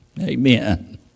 Amen